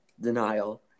Denial